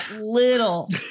little